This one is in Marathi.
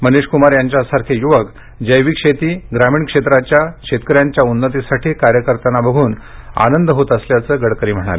मनिष कुमार यांच्या सारखे युवक जैविक शेती ग्रामीण क्षेत्राच्या शेतक यांच्या उन्नतीसाठी कार्य करताना बघून आनंद होत असल्याकचं गडकरी म्हणाले